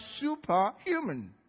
superhuman